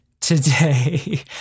today